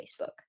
Facebook